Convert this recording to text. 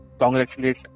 congratulate